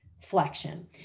flexion